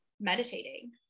meditating